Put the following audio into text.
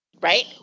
right